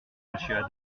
monsieur